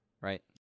Right